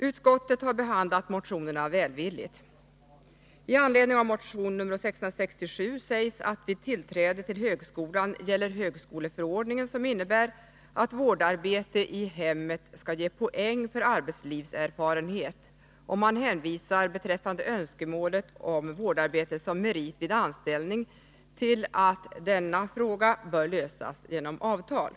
Utskottet har behandlat motionerna välvilligt. Med anledning av motion 667 sägs att vid tillträde till högskolan gäller högskoleförordningen, som innebär att vårdarbete i hemmet skall ge poäng för arbetslivserfarenhet, och man hänvisar beträffande önskemålet om vårdarbete som merit vid anställing till att denna fråga bör lösas genom avtal.